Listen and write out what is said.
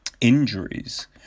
injuries